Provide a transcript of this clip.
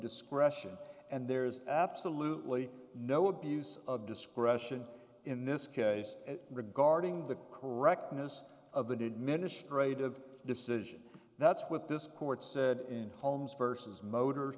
discretion and there is absolutely no abuse of discretion in this case regarding the correctness of the did ministre to decision that's what this court said in homes versus motor